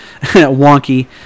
wonky